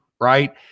right